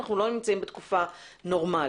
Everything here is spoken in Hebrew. אנחנו לא נמצאים בתקופה נורמלית.